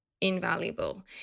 invaluable